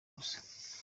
gusa